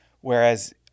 Whereas